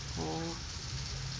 orh